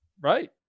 Right